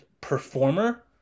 performer